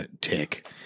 Tick